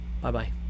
Bye-bye